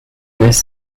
this